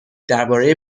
درباره